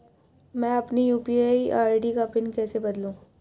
मैं अपनी UPI ID का पिन कैसे बदलूं?